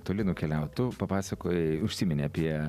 toli nukeliaut tu papasakojai užsiminei apie